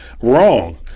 wrong